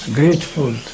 grateful